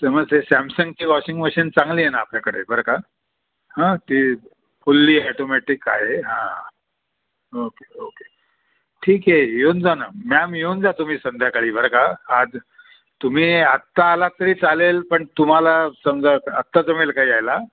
समज हे सॅमसंगची वॉशिंग मशीन चांगली आहे ना आपल्याकडे बर का हं ती फुल्ली ॲटोमॅटिक आहे हां ओके ओके ठीक आहे येऊन जा ना मॅम येऊन जा तुम्ही संध्याकाळी बर का आज तुम्ही आत्ता आला तरी चालेल पण तुम्हाला समजा आत्ता जमेल का यायला